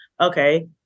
Okay